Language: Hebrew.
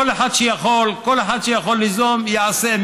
כל אחד שיכול, כל אחד שיכול ליזום, יעשה.